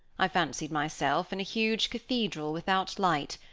i fancied myself in a huge cathedral, without light,